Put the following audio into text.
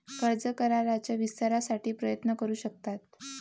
कर्ज कराराच्या विस्तारासाठी प्रयत्न करू शकतात